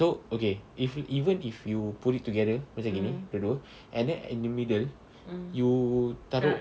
so okay if you even if you put it together macam gini dua dua and then in the middle you taruk